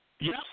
Yes